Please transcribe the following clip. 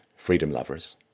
freedom-lovers